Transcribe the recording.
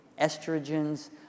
estrogens